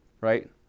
right